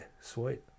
sweet